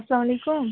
اسلام علیکُم